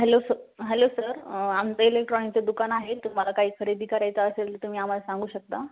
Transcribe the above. hello स hello sir आमचं इलेक्ट्रॉनिकचं दुकान आहे तुम्हाला काही खरेदी करायचं असेल तर तुम्ही आम्हाला सांगू शकता